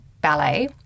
ballet